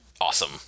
awesome